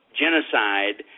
genocide